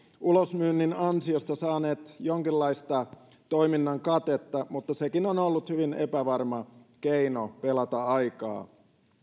ulosmyynnin ansiosta saaneet jonkinlaista toiminnan katetta mutta sekin on ollut hyvin epävarma keino pelata aikaa